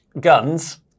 Guns